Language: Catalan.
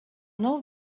nou